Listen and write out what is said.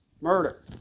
Murder